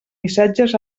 missatges